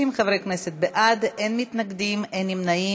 30 חברי כנסת בעד, אין מתנגדים, אין נמנעים.